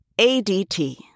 ADT